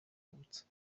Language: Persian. بود